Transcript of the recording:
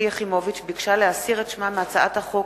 יחימוביץ ביקשה להסיר את שמה מהצעת החוק